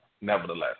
nevertheless